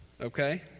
Okay